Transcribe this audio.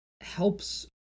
helps